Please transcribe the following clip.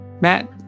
Matt